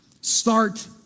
Start